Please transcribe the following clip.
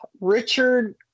Richard